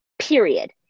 Period